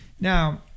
Now